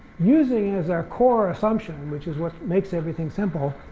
using as our core assumption, which is what makes everything simple,